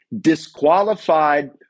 disqualified